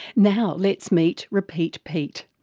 now let's meet repeat pete.